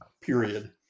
period